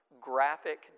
graphic